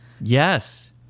Yes